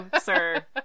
sir